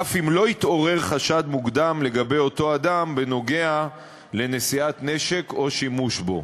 אף אם לא התעורר חשד מוקדם לגבי אותו אדם בנוגע לנשיאת נשק או שימוש בו.